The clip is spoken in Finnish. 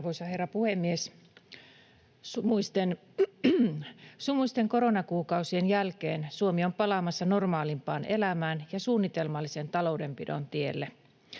Arvoisa herra puhemies! Sumuisten koronakuukausien jälkeen Suomi on palaamassa normaalimpaan elämään ja suunnitelmallisen taloudenpidon tielle.